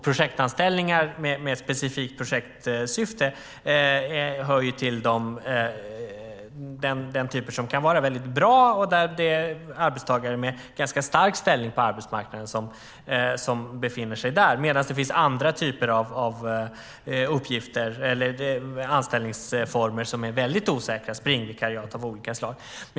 Projektanställningar med specifikt projektsyfte hör till den typ av anställningar som kan vara bra med arbetstagare med en stark ställning på arbetsmarknaden, medan det finns andra typer av anställningsformer som är mycket osäkra, till exempel springvikariat.